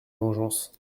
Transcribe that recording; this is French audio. vengeance